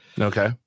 okay